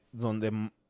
donde